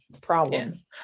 problem